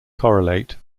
correlate